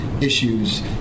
issues